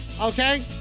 Okay